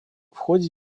ходе